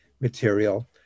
material